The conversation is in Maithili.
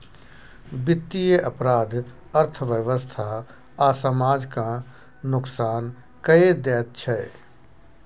बित्तीय अपराध अर्थव्यवस्था आ समाज केँ नोकसान कए दैत छै